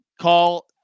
Call